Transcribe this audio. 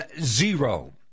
zero